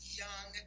young